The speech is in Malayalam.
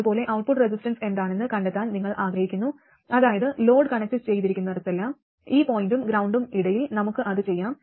അതുപോലെ ഔട്ട്പുട്ട് റെസിസ്റ്റൻസ് എന്താണെന്ന് കണ്ടെത്താൻ നിങ്ങൾ ആഗ്രഹിക്കുന്നു അതായത് ലോഡ് കണക്റ്റു ചെയ്തിരിക്കുന്നിടത്തെല്ലാം ഈ പോയിന്റിനും ഗ്രൌണ്ടിനും ഇടയിൽ നമുക്ക് അത് ചെയ്യാം